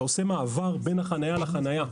אתה עושה מעבר בין החניה לחניה.